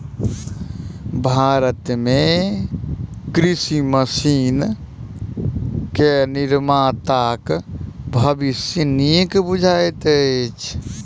भारत मे कृषि मशीन निर्माताक भविष्य नीक बुझाइत अछि